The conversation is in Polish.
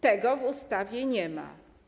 Tego w ustawie nie ma.